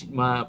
ma